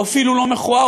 הוא אפילו לא מכוער,